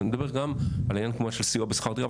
ואני מדבר גם על עניין כמו סיוע בשכר דירה.